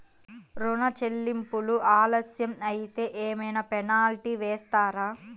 ఋణ చెల్లింపులు ఆలస్యం అయితే ఏమైన పెనాల్టీ వేస్తారా?